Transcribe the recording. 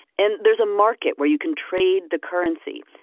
and there's a market where you can trade the currency.